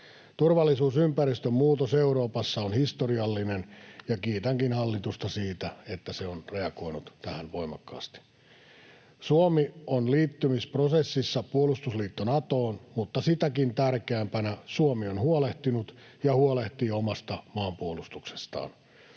Turvallisuusympäristön muutos Euroopassa on historiallinen, ja kiitänkin hallitusta siitä, että se on reagoinut tähän voimakkaasti. Suomi on liittymisprosessissa puolustusliitto Natoon, mutta sitäkin tärkeämpänä Suomi on huolehtinut ja huolehtii omasta maanpuolustuksestaan.